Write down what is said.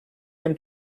him